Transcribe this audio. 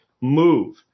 move